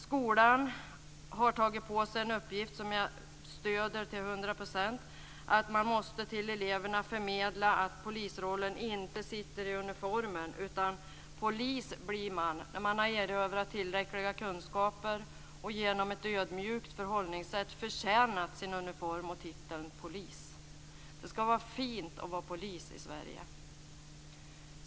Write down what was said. Skolan har tagit på sig en uppgift som jag stöder till 100 %, att man till eleverna måste förmedla att polisrollen inte sitter i uniformen. Polis blir man när man har erövrat tillräckliga kunskaper och genom ett ödmjukt förhållningssätt förtjänat sin uniform och titeln polis. Det ska vara fint att vara polis i Sverige.